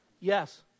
Yes